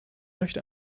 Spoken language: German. möchte